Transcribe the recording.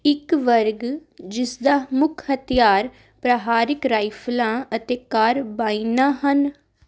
ਇੱਕ ਵਰਗ ਜਿਸ ਦਾ ਮੁੱਖ ਹਥਿਆਰ ਪ੍ਰਹਾਰਿਕ ਰਾਈਫਲਾਂ ਅਤੇ ਕਾਰਬਾਈਨਾਂ ਹਨ